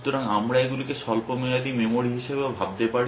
সুতরাং আমরা এগুলিকে স্বল্পমেয়াদী মেমরি হিসাবেও ভাবতে পারি